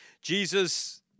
Jesus